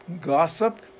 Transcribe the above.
gossip